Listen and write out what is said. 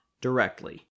directly